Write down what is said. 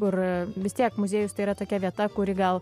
kur vis tiek muziejus tai yra tokia vieta kuri gal